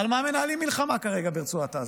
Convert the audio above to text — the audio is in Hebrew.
על מה מנהלים מלחמה כרגע ברצועת עזה?